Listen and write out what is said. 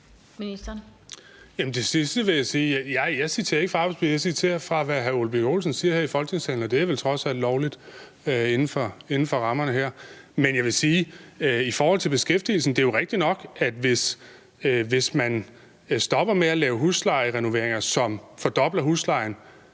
det sidste vil jeg sige, at jeg ikke citerer fra arbejdspapiret. Jeg citerer fra, hvad hr. Ole Birk Olesen siger her i Folketingssalen, og det er vel trods alt lovligt inden for rammerne her. Men jeg vil sige i forhold til beskæftigelsen: Det er jo rigtigt nok, at hvis man stopper med at lave huslejerenoveringer, som fordobler huslejen,